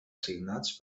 signats